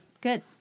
Good